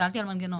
שאלתי על מנגנון.